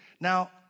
Now